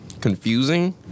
confusing